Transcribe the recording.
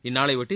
இந்நாளையொட்டி